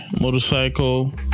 motorcycle